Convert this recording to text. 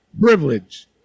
privilege